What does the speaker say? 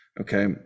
Okay